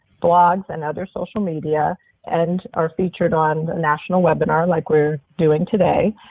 blogs, and other social media and are featured on the national webinar like we're doing today.